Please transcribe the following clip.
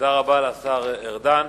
תודה רבה לשר ארדן.